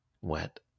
wet